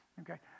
Okay